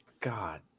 God